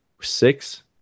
six